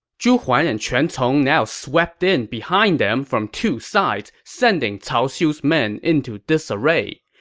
zhu huan and quan cong now swept in behind them from two sides, sending cao xiu's men into disarray.